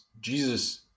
Jesus